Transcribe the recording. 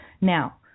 Now